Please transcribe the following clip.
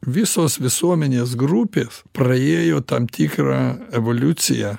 visos visuomenės grupės praėjo tam tikrą evoliuciją